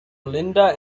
linda